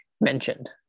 mentioned